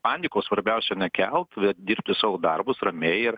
panikos svarbiausia nekelt dirbti savo darbus ramiai ir